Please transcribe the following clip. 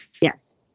Yes